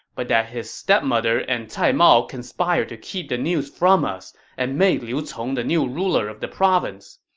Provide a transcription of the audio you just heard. but that his stepmother and cai mao conspired to keep the news from us and made liu cong the new ruler of the province.